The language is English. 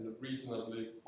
reasonably